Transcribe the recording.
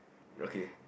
okay